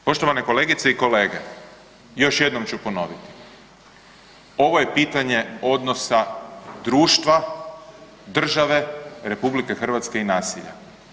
Poštovane kolegice i kolege, još jednom ću ponoviti ovo je pitanje odnosa društva, države, RH i nasilja.